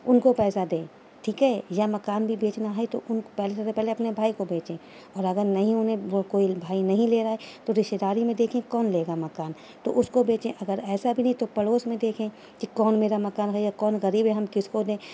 ان کو پیسہ دیں ٹھیک ہے یا مکان بھی بیچنا ہے تو ان کو پہلے سب پہلے اپنے بھائی کو بیچیں اور اگر نہیں انہیں وہ کوئی بھائی نہیں لے رہا ہے تو رشتہ داری میں دیکھیں کون لے گا مکان تو اس کو بیچیں اگر ایسا بھی نہیں تو پڑوس میں دیکھیں کہ کون میرا مکان خریدے کون غریب ہے ہم کس کو دیں